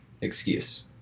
excuse